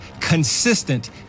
consistent